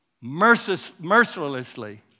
mercilessly